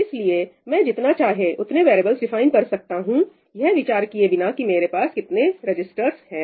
इसलिए मैं जितना चाहे उतने वैरियेबल्स डिफाइन कर सकता हूं यह विचार किए बिना की मेरे पास कितने रजिस्टर्स हैं